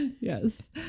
yes